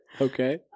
Okay